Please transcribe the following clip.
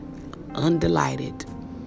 undelighted